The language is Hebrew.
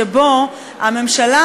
שבו הממשלה,